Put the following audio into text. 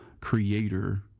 creator